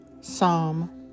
Psalm